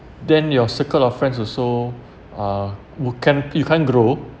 then your circle of friends also uh would can't you can't grow